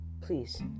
Please